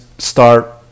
Start